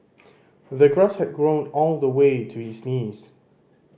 the grass had grown on the way to is knees